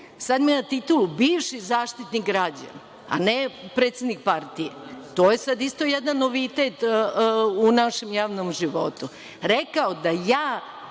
Zaštitnik građana, bivši Zaštitnik građana, a ne predsednik partije, to je sad isto jedan novitet u našem javnom životu,